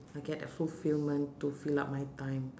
I get a fulfilment to fill up my time